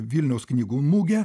vilniaus knygų mugė